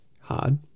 hard